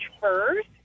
first